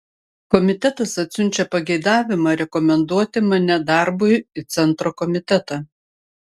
komitetas atsiunčia pageidavimą rekomenduoti mane darbui į centro komitetą